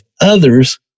others